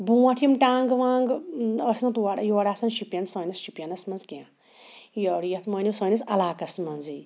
بروںٛٹھ یِم ٹانٛگہٕ وانٛگہٕ ٲسۍ نہٕ تورٕ یورٕ آسان شُپیَن سٲنِس شُپیَنَس منٛز کینٛہہ یورٕ یَتھ مٲنِو سٲنِس علاقَس منٛزٕے